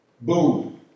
Boom